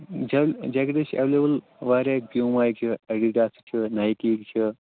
جا جیٚکیٚٹ حظ چھِ ایٚولیبٕل وارِیاہ پیوٗما ہٕکۍ چھِ ایٚڈِڈاسٕکۍ چھُ نیکی ہٕکۍ چھِ